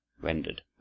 rendered